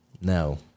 No